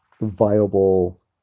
viable